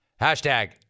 Hashtag